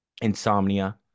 insomnia